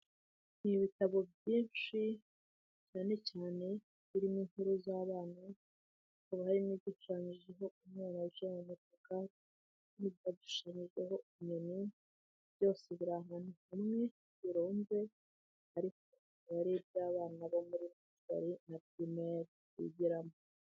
Ni ibitabo byinshi cyane cyane birimo inkuru z'abana hakaba hari n'igishushanyijeho umwana wicaye mu gataka, ibindi bikaba bishushanyijeho umuntu byose biri ahantu hamwe birunze ariko bikaba ari iby'abana bo muri nasari na pirimeri bigiramo.